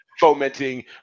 Fomenting